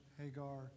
Hagar